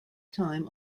time